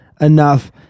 enough